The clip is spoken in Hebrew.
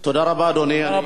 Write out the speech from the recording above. תודה רבה לכם.